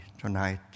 tonight